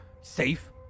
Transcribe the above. safe